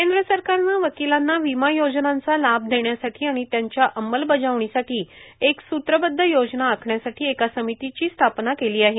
केंद्र सरकारनं वकिलांना वीमा योजनांचा लाभ देण्यासाठी आणि त्याच्या अंमलबजावणीसाठी एक सूत्रबद्ध योजना आखण्यासाठी एका समितीची स्थापना केली आहे